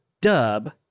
dub